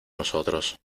nosotros